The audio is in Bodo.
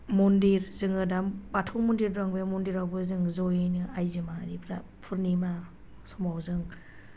मन्दिर जोङो दा बाथौ मन्दिर दं बे मन्दिरावबो जोङो जयैनो आइजो माहारिफ्रा पुर्निमा समावजों